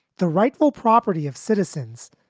the rightful property of citizens,